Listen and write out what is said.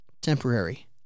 temporary